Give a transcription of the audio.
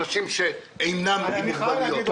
אנחנו מנסים לאתר את החסמים שמפריעים לאנשים להתקבל.